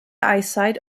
eyesight